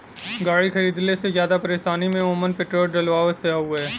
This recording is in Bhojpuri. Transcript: गाड़ी खरीदले से जादा परेशानी में ओमन पेट्रोल डलवावे से हउवे